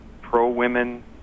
pro-women